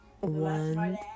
One